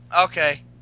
Okay